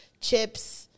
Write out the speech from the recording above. Chips